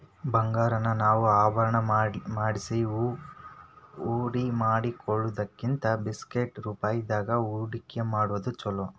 ಬಂಗಾರಾನ ನಾವ ಆಭರಣಾ ಮಾಡ್ಸಿ ಹೂಡ್ಕಿಮಾಡಿಡೊದಕ್ಕಿಂತಾ ಬಿಸ್ಕಿಟ್ ರೂಪ್ದಾಗ್ ಹೂಡ್ಕಿಮಾಡೊದ್ ಛೊಲೊ